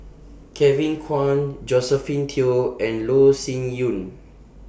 Kevin Kwan Josephine Teo and Loh Sin Yun